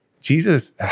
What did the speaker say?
Jesus